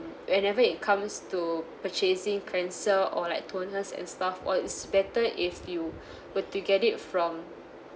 whenever it comes to purchasing cleanser or like toners and stuff or it's better if you were to get it from